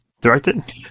directed